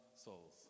souls